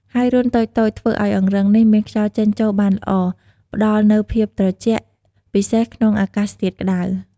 ហើយ រន្ធតូចៗ ធ្វើឲ្យអង្រឹងនេះមានខ្យល់ចេញចូលបានល្អ ផ្ដល់នូវភាពត្រជាក់ ជាពិសេសក្នុងអាកាសធាតុក្ដៅ។